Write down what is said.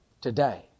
today